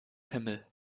himmel